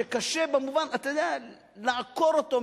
שקשה לעקור אותו.